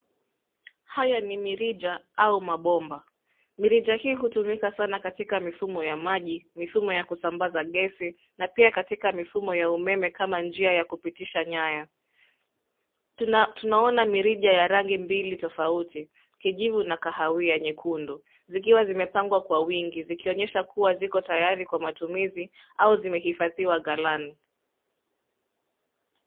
Haya ni mirija au mabomba. Mirija hii utumika sana katika mifumo ya maji, mifumo ya kusambaza gesi, na pia katika mifumo ya umeme kama njia ya kupitisha nyaya. Tunaona mirija ya rangi mbili tofauti, kijivu na kahawia nyekundu, zikiwa zimepangwa kwa wingi, zikionyesha kua ziko tayari kwa matumizi, au zimehifadhiwa ghalani.